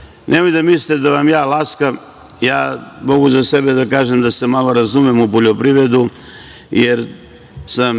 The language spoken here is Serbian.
itd. Nemojte da mislite da vam laskam. Mogu za sebe da kažem da se malo razumem u poljoprivredu jer sam